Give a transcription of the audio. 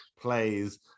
plays